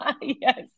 Yes